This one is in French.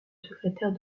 secrétaire